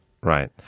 right